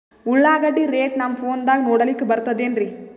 ಉಳ್ಳಾಗಡ್ಡಿ ರೇಟ್ ನಮ್ ಫೋನದಾಗ ನೋಡಕೊಲಿಕ ಬರತದೆನ್ರಿ?